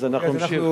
אז אנחנו נמשיך.